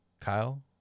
Kyle